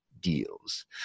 deals